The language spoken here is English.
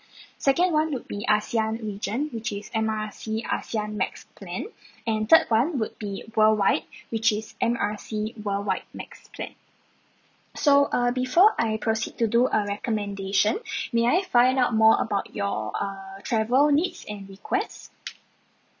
second one would be ASEAN region which is M R C ASEAN max plan and third one would be worldwide which is M R C worldwide max plan so uh before I proceed to do a recommendation may I find out more about your err travel needs and requests